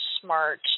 smart